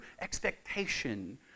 expectation